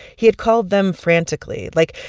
he had called them frantically. like,